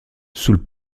sul